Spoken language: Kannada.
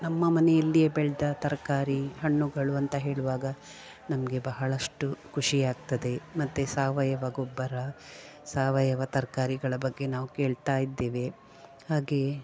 ನಮ್ಮ ಮನೆಯಲ್ಲಿಯೇ ಬೆಳೆದ ತರಕಾರಿ ಹಣ್ಣುಗಳು ಅಂತ ಹೇಳುವಾಗ ನಮಗೆ ಬಹಳಷ್ಟು ಖುಷಿ ಆಗ್ತದೆ ಮತ್ತು ಸಾವಯವ ಗೊಬ್ಬರ ಸಾವಯವ ತರಕಾರಿಗಳ ಬಗ್ಗೆ ನಾವು ಕೇಳ್ತಾ ಇದ್ದೇವೆ ಹಾಗೆಯೇ